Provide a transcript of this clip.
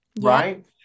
Right